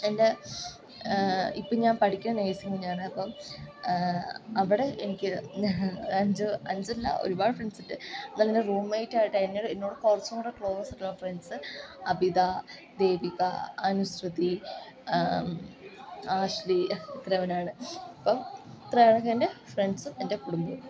എൻ്റെ ഇപ്പോൾ ഞാൻ പഠിക്കുന്നത് നഴ്സിങ്ങിനാണ് അപ്പം അവിടെ എനിക്ക് അഞ്ച് അഞ്ചല്ല ഒരുപാട് ഫ്രണ്ട്സ് ഉണ്ട് എന്നാലും എൻ്റെ റൂം മേറ്റ് ആയിട്ട് എന്നോട് കുറച്ചുകൂടി ക്ലോസ് ആയിട്ടുള്ള ഫ്രണ്ട്സ് അബിത ദീപിക അനുശൃതി ആശ്രി ഇത്രയും പേരാണ് അപ്പം ഇത്രയാണ് എൻ്റെ ഫ്രണ്ട്സും എൻ്റെ കുടുംബവും